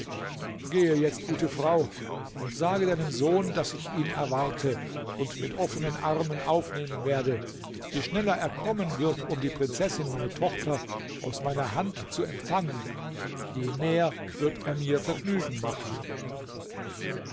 gehe jetzt gute frau und sage deinem sohn daß ich ihn erwarte und mit offenen armen aufnehmen werde je schneller er kommen wird um die prinzessin meine tochter aus meiner hand zu empfangen je mehr wird er mir vergnügen machen